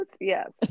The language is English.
yes